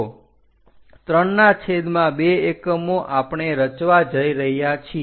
તો 32 એકમો આપણે રચવા જઈ રહ્યા છીએ